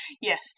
yes